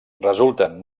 resulten